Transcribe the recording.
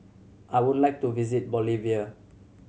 I would like to visit Bolivia